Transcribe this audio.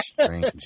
strange